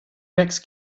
rex